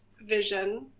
vision